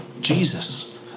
Jesus